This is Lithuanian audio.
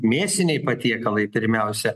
mėsiniai patiekalai pirmiausia